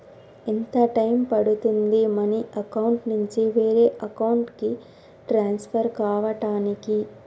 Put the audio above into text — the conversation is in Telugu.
ఎంత టైం పడుతుంది మనీ అకౌంట్ నుంచి వేరే అకౌంట్ కి ట్రాన్స్ఫర్ కావటానికి?